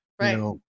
Right